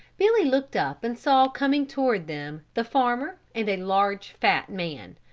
billy looked up and saw coming toward them the farmer and a large, fat man.